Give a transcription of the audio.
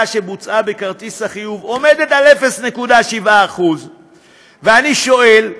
שבוצעה בכרטיס חיוב היא 0.7%. ואני שואל,